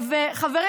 חברים,